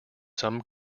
some